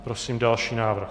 Prosím další návrh.